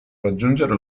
raggiungere